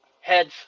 heads